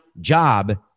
job